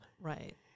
Right